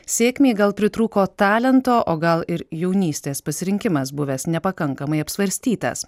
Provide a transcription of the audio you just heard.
sėkmei gal pritrūko talento o gal ir jaunystės pasirinkimas buvęs nepakankamai apsvarstytas